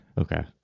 Okay